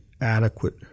adequate